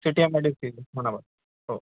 city M I D C म्हणावं हो